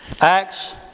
Acts